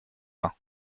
main